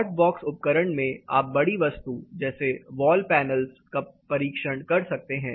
hot box उपकरण में आप बड़ी वस्तु जैसे वॉल पैनलस का परीक्षण कर सकते हैं